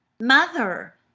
mother!